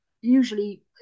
usually